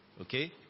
Okay